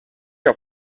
auf